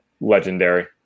legendary